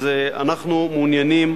אז אנחנו מעוניינים